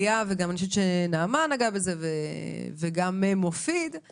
ואני חושבת שגם נעמה וגם מופיד נגעו בזה